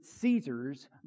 Caesar's